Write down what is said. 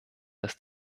das